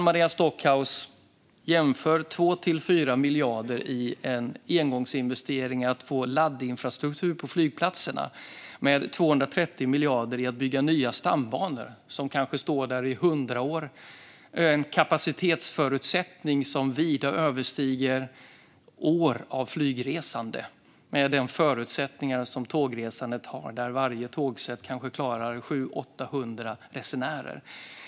Maria Stockhaus jämför 2-4 miljarder för en engångsinvestering i laddinfrastruktur på flygplatserna med 230 miljarder för att bygga nya stambanor som kommer att finnas i kanske hundra år och har en kapacitet som vida överstiger år av flygresande med de förutsättningar som tågresandet har, då varje tågsätt klarar kanske 700-800 resenärer.